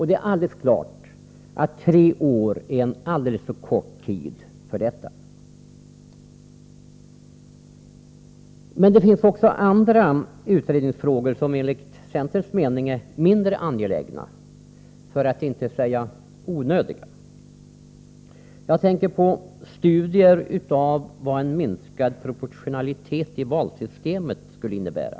Det är alldeles klart att tre år är en alltför kort tid för detta. Men det finns andra utredningsfrågor, som enligt centerns mening är mindre angelägna, för att inte säga onödiga. Jag tänker på studier av vad en minskad proportionalitet i valsystemet skulle innebära.